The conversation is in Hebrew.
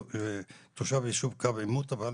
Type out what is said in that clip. אני תושב יישוב קו העימות, אבל